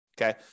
Okay